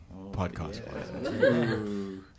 podcast